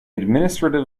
administrative